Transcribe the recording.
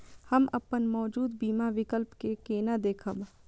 हम अपन मौजूद बीमा विकल्प के केना देखब?